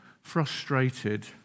frustrated